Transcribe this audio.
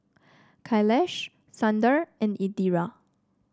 Kailash Sundar and Indira